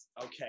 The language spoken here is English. Okay